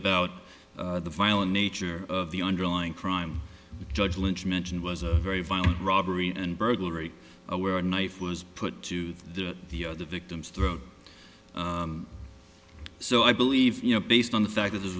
about the violent nature of the underlying crime judge lynch mentioned was a very violent robbery and burglary where a knife was put to the other victims throat so i believe you know based on the fact that th